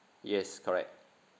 yes correct